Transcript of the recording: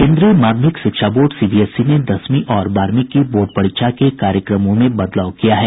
केन्द्रीय माध्यमिक शिक्षा बोर्ड सीबीएसई ने दसवीं और बारहवीं की बोर्ड परीक्षा के कार्यक्रमों में बदलाव किया है